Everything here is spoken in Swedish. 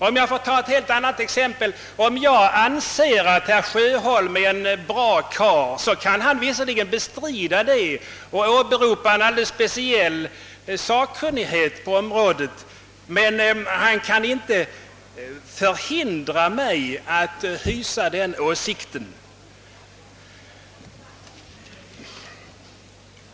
Får jag ta ett exempel från annat håll: Om jag anser att herr Sjöholm är en bra karl, kan han visserligen bestrida det och åberopa en alldeles speciell sakkunskap på området, men han kan inte förhindra mig att hysa den åsikten.